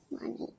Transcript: Money